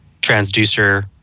transducer